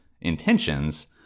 intentions